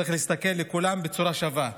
צריך להסתכל על כולם בצורה שווה.